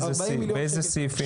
באיזה סעיפים?